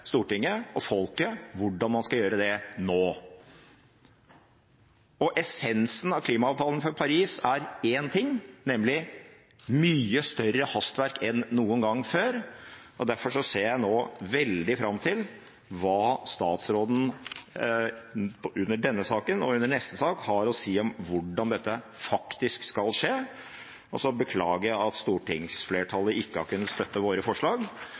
Stortinget og folket hvordan man skal gjøre det nå. Essensen av klimaavtalen fra Paris er én ting, nemlig mye større hastverk enn noen gang før, og derfor ser jeg nå veldig fram til hva statsråden under denne saken og under neste sak har å si om hvordan dette faktisk skal skje. Og så beklager jeg at stortingsflertallet ikke har kunnet støtte våre forslag,